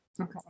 Okay